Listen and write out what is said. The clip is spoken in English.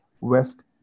West